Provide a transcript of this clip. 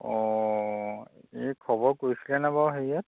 অঁ এই খবৰ কৰিছিলেনে বাৰু হেৰিয়াত